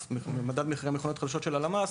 מדד מחירי מכוניות חדשות שמפרסמת הלמ"ס.